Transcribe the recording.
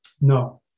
No